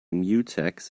mutex